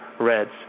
reds